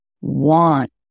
want